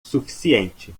suficiente